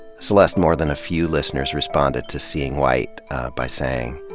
celeste, more than a few listeners responded to seeing white by saying,